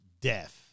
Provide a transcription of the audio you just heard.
death